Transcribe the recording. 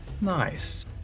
Nice